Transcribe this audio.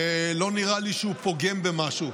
ולא נראה לי שהוא פוגם במשהו.